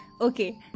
okay